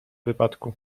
wypadku